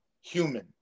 human